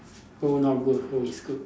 who not good who is good